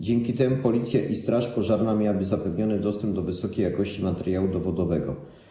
Dzięki temu Policja i straż pożarna miałyby zapewniony dostęp do wysokiej jakości materiału dowodowego.